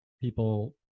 people